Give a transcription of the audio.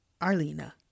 Arlena